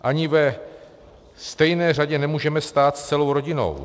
Ani ve stejné řadě nemůžeme stát s celou rodinou.